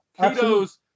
kudos